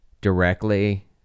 directly